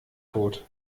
tot